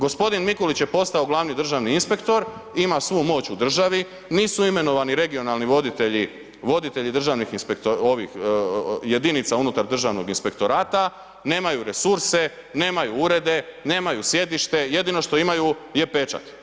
Gospodin Mikulić je postao glavni državni inspektor, ima svu moć u državi, nisu imenovani regionalni voditelji državnih jedinica unutar državnog inspektorata, nemaju resurse, nemaju urede, nemaju sjedište, jedino što imaju je pečat.